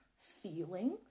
feelings